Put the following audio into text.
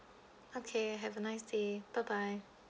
okay have a nice day bye bye